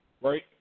right